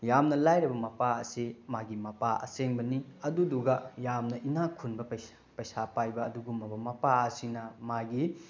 ꯌꯥꯝꯅ ꯂꯥꯏꯔꯕ ꯃꯄꯥ ꯑꯁꯤ ꯃꯥꯒꯤ ꯃꯄꯥ ꯑꯁꯦꯡꯕꯅꯤ ꯑꯗꯨꯗꯨꯒ ꯌꯥꯝꯅ ꯏꯅꯥꯛꯈꯨꯟꯕ ꯄꯩꯁꯥ ꯄꯥꯏꯕ ꯑꯗꯨꯒꯨꯝꯂꯕ ꯃꯄꯥ ꯑꯁꯤꯅ ꯃꯥꯒꯤ